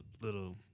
little